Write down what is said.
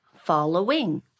following